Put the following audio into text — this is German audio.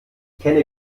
kenne